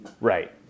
Right